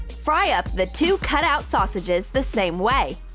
fry up the two cut-out sausages the same way.